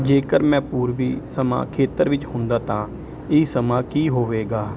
ਜੇਕਰ ਮੈਂ ਪੂਰਬੀ ਸਮਾਂ ਖੇਤਰ ਵਿੱਚ ਹੁੰਦਾ ਤਾਂ ਇਹ ਸਮਾਂ ਕੀ ਹੋਵੇਗਾ